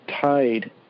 tied